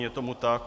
Je tomu tak.